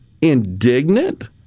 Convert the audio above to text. indignant